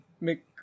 make